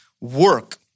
work